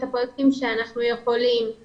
את הפרויקטים שאנחנו יכולים להיות